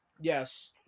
Yes